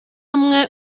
hamwe